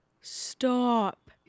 Stop